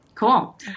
Cool